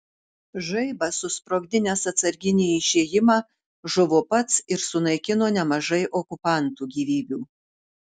žaibas susprogdinęs atsarginį išėjimą žuvo pats ir sunaikino nemažai okupantų gyvybių